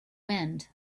wind